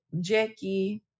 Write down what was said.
Jackie